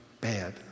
bad